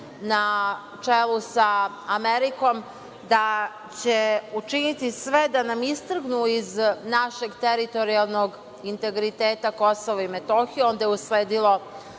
na čelu sa Amerikom, da će učiniti sve da nam istrgnu iz našeg teritorijalnog integriteta KiM. Onda je usledilo